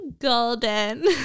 golden